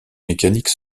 mécaniques